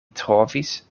trovis